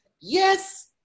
Yes